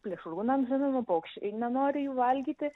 plėšrūnams žinoma paukščiai nenori jų valgyti